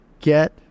get